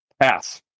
pass